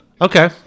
okay